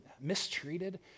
mistreated